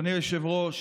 אדוני היושב-ראש,